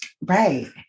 Right